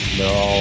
no